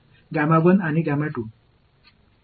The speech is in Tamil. இதற்கான உள்ளுணர்வு விளக்கம் என்ன